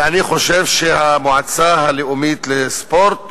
אני חושב שהמועצה הלאומית לספורט